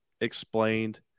explained